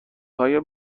های